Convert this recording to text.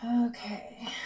Okay